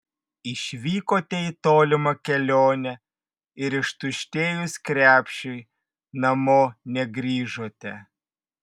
išvykote į tolimą kelionę ir ištuštėjus krepšiui namo negrįžote